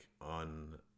on